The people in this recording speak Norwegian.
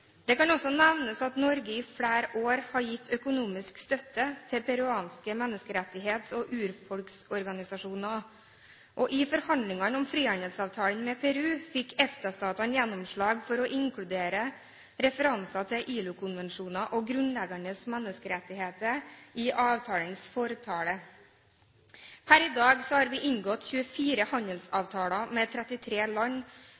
Det kan også nevnes at Norge i flere år har gitt økonomisk støtte til peruanske menneskerettighets- og urfolksorganisasjoner. I forhandlingene om frihandelsavtalen med Peru fikk EFTA-statene gjennomslag for å inkludere referanser til ILO-konvensjoner og grunnleggende menneskerettigheter i avtalens fortale. Per i dag har vi inngått 24 handelsavtaler med 33 land